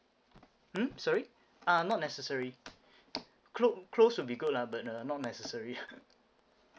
hmm sorry ah not necessary clo~ close will be good lah but uh not necessary